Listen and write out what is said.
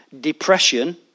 depression